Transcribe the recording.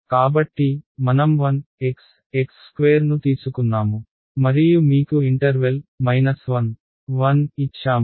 కాబట్టి మనం 1xx2 ను తీసుకున్నాము మరియు మీకు ఇంటర్వెల్ 1 1 ఇచ్చాము